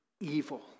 evil